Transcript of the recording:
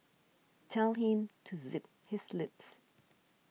tell him to zip his lips